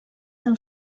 del